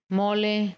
mole